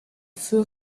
feu